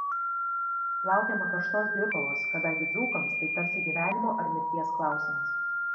laukiama karštos dvikovos kadangi dzūkams tai tarsi gyvenimo ar mirties klausimas